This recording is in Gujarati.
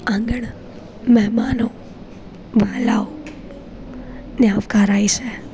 આંગણ મહેમાનો વાલાઓ ને આવકારાય છે